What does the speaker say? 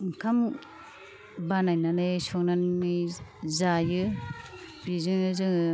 ओंखाम बानायनानै संनानै जायो बिजोंनो जोङो